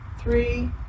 three